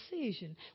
decision